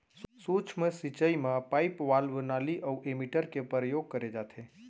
सूक्ष्म सिंचई म पाइप, वाल्व, नाली अउ एमीटर के परयोग करे जाथे